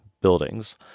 buildings